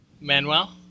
Manuel